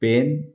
pen